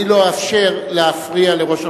אני לא אאפשר להפריע לראש הממשלה.